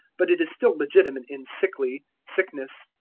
but it is still legitimate in sickly, sickness,